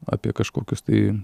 apie kažkokius tai